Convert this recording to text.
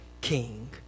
king